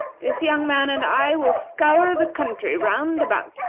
this young man and i will scour the country round about,